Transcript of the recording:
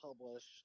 publish